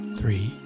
three